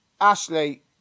Ashley